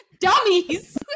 dummies